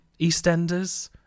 EastEnders